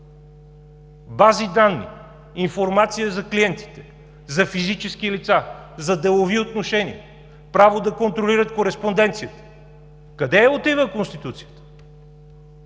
бази данни, информация за клиентите, за физически лица, за делови отношения, право да контролират кореспонденцията? Къде отива Конституцията?